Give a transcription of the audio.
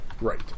Right